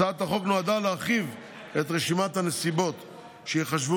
הצעת החוק נועדה להרחיב את רשימת הנסיבות שייחשבו